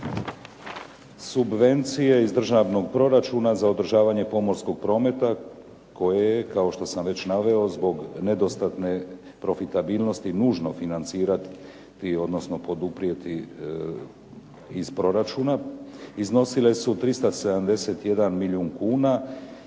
Subvencije iz državnog proračuna za održavanje pomorskog prometa koje je kao što sam već naveo zbog nedostatne profitabilnosti nužno financirati odnosno poduprijeti iz proračuna iznosile su 371 milijun kuna